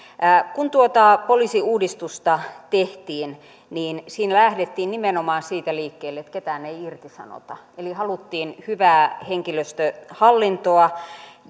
kun tuota poliisiuudistusta tehtiin siinä lähdettiin nimenomaan siitä liikkeelle että ketään ei irtisanota eli haluttiin hyvää henkilöstöhallintoa